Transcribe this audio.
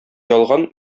ялган